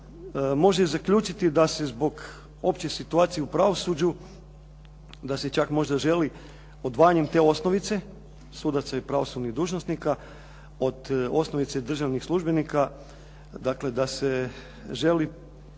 može zaključiti da se zbog opće situacije u pravosuđu da se čak možda želi odvajanjem te osnovice sudaca i pravosudnih dužnosnika, od osnovice državnih službenika dakle da se želi